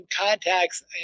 contacts